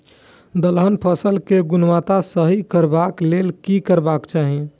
दलहन फसल केय गुणवत्ता सही रखवाक लेल की करबाक चाहि?